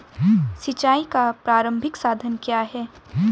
सिंचाई का प्रारंभिक साधन क्या है?